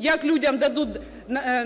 як людям дадуть